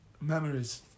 memories